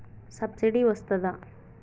Subsidy వస్తదా?